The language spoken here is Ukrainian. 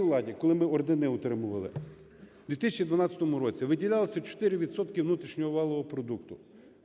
владі, коли ми ордени отримували, в 2012 році виділялося 4 відсотки внутрішнього валового продукту.